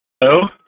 Hello